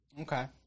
Okay